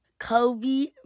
Kobe